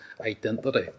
identity